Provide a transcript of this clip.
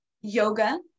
yoga